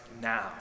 now